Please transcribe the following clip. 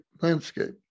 landscape